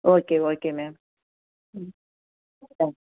okay okay ma'am hmm ah